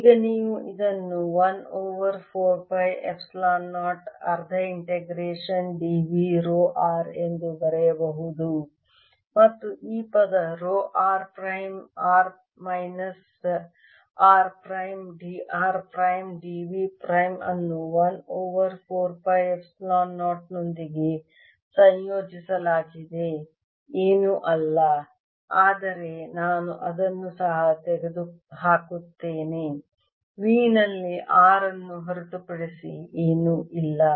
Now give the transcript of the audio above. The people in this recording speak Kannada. ಈಗ ನೀವು ಇದನ್ನು 1 ಓವರ್ 4 ಪೈ ಎಪ್ಸಿಲಾನ್ 0 ಅರ್ಧ integration d v rho r ಎಂದು ಬರೆಯಬಹುದು ಮತ್ತು ಈ ಪದ rho r prime r minus r prime d r prime d v prime ಅನ್ನು 1 ಓವರ್ 4 ಪೈ ಎಪ್ಸಿಲಾನ್ 0 ನೊಂದಿಗೆ ಸಂಯೋಜಿಸಲಾಗಿದೆ ಏನೂ ಅಲ್ಲ ಆದರೆ ನಾನು ಇದನ್ನು ಸಹ ತೆಗೆದುಹಾಕುತ್ತೇನೆ V ನಲ್ಲಿ r ಅನ್ನು ಹೊರತುಪಡಿಸಿ ಏನೂ ಇಲ್ಲ